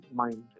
mind